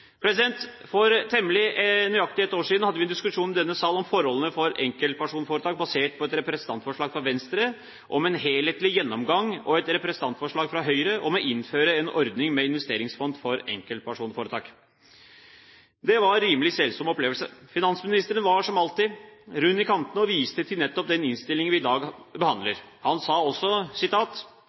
For temmelig nøyaktig et år siden hadde vi en diskusjon i denne sal om forholdene for enkeltpersonforetak basert på et representantforslag fra Venstre om en helhetlig gjennomgang og et representantforsalg fra Høyre om å innføre en ordning med investeringsfond for enkeltpersonforetak. Det var en rimelig selsom opplevelse. Finansministeren var – som alltid – rund i kantene og viste til nettopp den innstilling vi i dag behandler. Han sa også: